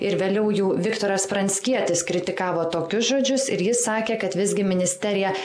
ir vėliau jų viktoras pranckietis kritikavo tokius žodžius ir jis sakė kad visgi ministerija